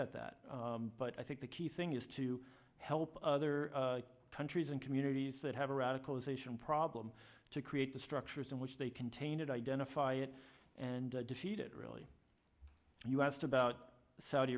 at that but i think the key thing is to help other countries and communities that have a radicalization problem to create the structures in which they contain it identify it and defeat it really you asked about saudi